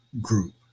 group